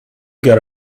got